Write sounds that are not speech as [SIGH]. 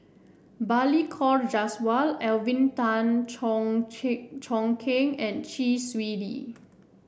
Balli Kaur Jaswal Alvin Tan Cheong [UNINTELLIGIBLE] Cheong Kheng and Chee Swee Lee